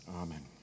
amen